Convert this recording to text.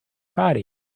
party